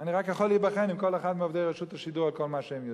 אני רק יכול להיבחן עם כל אחד מעובדי רשות השידור על כל מה שהם יודעים,